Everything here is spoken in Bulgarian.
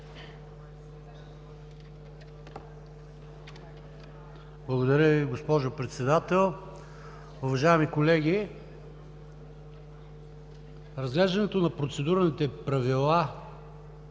Благодаря Ви, госпожо Председател. Уважаеми колеги, разглеждането на Процедурните правила